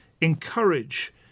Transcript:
encourage